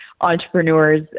entrepreneurs